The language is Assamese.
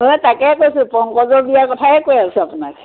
অঁ তাকে কৈছোঁ পংকজৰ বিয়াৰ কথাই কৈ আছোঁ আপোনাক